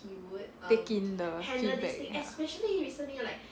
take in the feedback ah